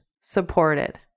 supported